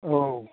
औ